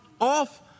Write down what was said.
off